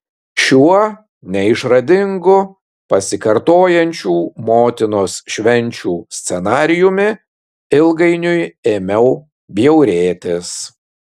šiuo neišradingu pasikartojančių motinos švenčių scenarijumi ilgainiui ėmiau bjaurėtis